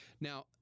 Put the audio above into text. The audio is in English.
Now